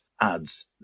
adds